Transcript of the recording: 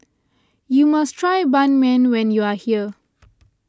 you must try Ban Mian when you are here